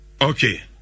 okay